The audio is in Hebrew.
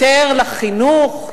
יותר חינוך,